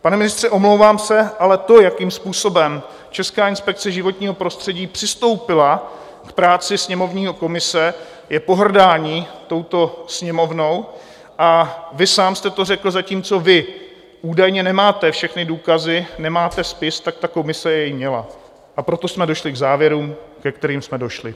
Pane ministře, omlouvám se, ale to, jakým způsobem Česká inspekce životního prostředí přistoupila k práci sněmovní komise, je pohrdání touto Sněmovnou a vy sám jste to řekl zatímco vy údajně nemáte všechny důkazy, nemáte spis, tak ta komise jej měla, a proto jsme došli k závěrům, ke kterým jsme došli.